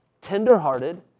tenderhearted